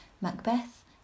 Macbeth